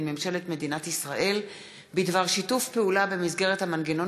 ממשלת מדינת ישראל בדבר שיתוף פעולה במסגרת המנגנון